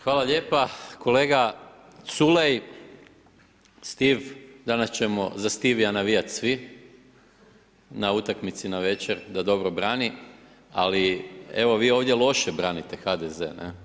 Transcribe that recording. Hvala lijepo kolega Culej, Stiv, danas ćemo za Stivija navijati svi na utakmici navečer da dobro brani, ali, evo, vi ovdje loše branite HDZ.